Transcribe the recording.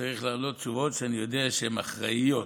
צריך להעלות תשובות שאני יודע שהן אחראיות,